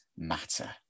matter